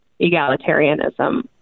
egalitarianism